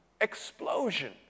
explosion